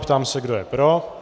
Ptám se, kdo je pro.